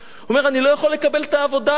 הוא אומר: אני לא יכול לקבל את העבודה הזאת.